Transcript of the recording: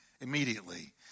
Immediately